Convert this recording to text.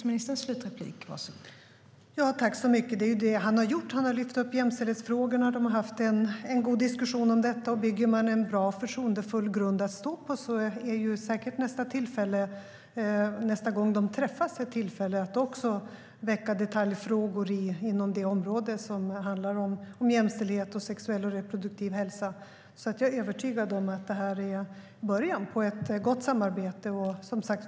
Fru talman! Det är ju det han har gjort. Han har lyft upp jämställdhetsfrågorna, och de har haft en god diskussion om detta. Om man bygger en bra förtroendefull grund att stå på är säkert nästa gång de träffas ett tillfälle att också väcka detaljfrågor inom det område som handlar om jämställdhet och sexuell och reproduktiv hälsa. Jag är övertygad om att detta är början på ett gott samarbete.